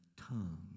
tongue